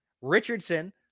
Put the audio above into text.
Richardson